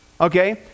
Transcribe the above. okay